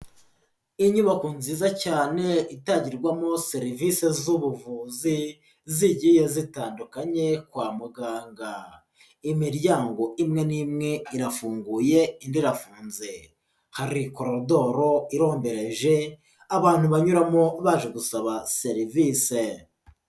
Inyubako nziza cyane itangirwamo serivise z'ubuvuzi zigiye zitandukanye kwa muganga, imiryango imwe n'imwe irafunguye indi irafunze, hari korodoro irombereje abantu banyuramo baje gusaba serivise.